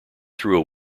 through